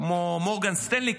כמו מורגן-סטנלי,